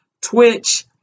Twitch